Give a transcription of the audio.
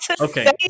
Okay